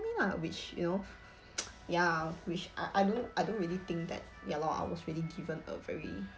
lah which you know ya which I I don't I don't really think that ya lor I was really given a very